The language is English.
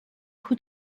who